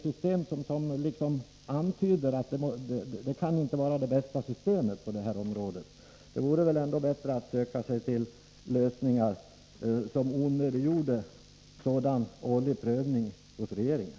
Systemet vittnar om att det inte kan vara det bästa på detta område. Det vore väl bättre att söka lösningar som onödiggjorde sådan årlig prövning hos regeringen.